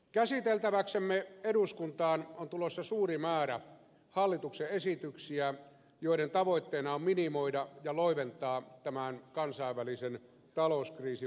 käsiteltäväksemme eduskuntaan on tulossa suuri määrä hallituksen esityksiä joiden tavoitteena on minimoida ja loiventaa tämän kansainvälisen talouskriisin vaikutuksia